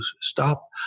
stop